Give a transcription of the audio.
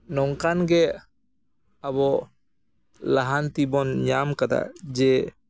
ᱱᱚᱝᱠᱟᱱ ᱜᱮ ᱟᱵᱚ ᱞᱟᱦᱟᱱᱛᱤ ᱵᱚᱱ ᱧᱟᱢ ᱠᱟᱫᱟ ᱡᱮ